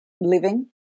living